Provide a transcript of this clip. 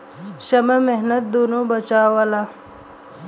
समय मेहनत दुन्नो बचावेला